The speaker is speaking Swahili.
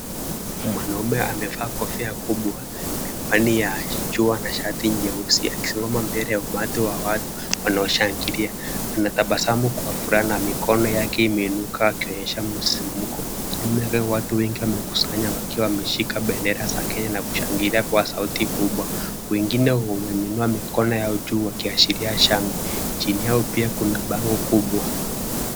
Mwanaume amevaa kofia kubwa, miwani ya jua na shati nyeusi akisimama mbele ya umati wa watu wanaoshangilia, anatabasamu kwa furaha na mikono yake imeinuka ikionyesha msisimuko. Mbele watu wengi wamekusanya wakiwa wameshika bendera za Kenya na kushangilia kwa sauti kubwa. Wengine wameinua mikono yao juu wakiashiria shangwe, chini yao pia kuna bango kubwa.